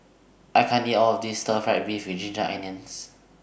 I can't eat All of This Stir Fry Beef with Ginger Onions